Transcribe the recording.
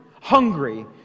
hungry